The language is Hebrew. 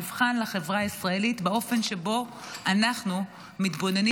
מבחן לחברה הישראלית באופן שבו אנחנו מתבוננים